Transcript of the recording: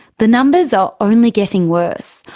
the numbers are only getting worse,